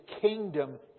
kingdom